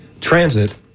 transit